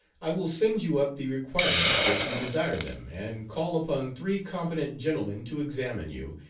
i will send you up the requirements, if you desire them, and call upon three competent gentlemen to examine you,